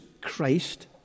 Christ